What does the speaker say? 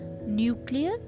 nuclear